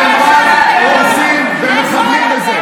אתם רק הורסים ומחבלים בזה,